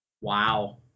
Wow